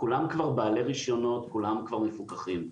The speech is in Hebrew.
כולן כבר בעלי רישיונות וכולם כבר מפוקחים,